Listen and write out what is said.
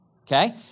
Okay